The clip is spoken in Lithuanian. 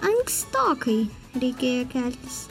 ankstokai reikėjo keltis